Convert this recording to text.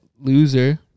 loser